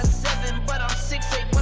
but sixteen